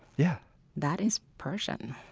yeah that is persian